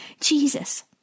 Jesus